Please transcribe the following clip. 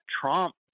Trump